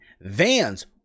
Vans